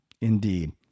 Indeed